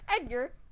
Edgar